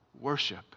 worship